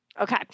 Okay